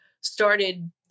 started